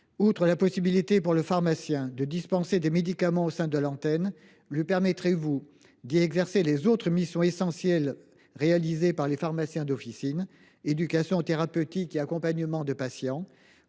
Outre la possibilité pour le pharmacien de dispenser des médicaments au sein de l’antenne, lui permettrez vous d’y exercer les autres missions essentielles réalisées par les pharmaciens d’officine : éducation thérapeutique et accompagnement de patients,